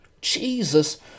Jesus